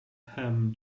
ham